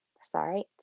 sorry